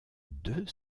deux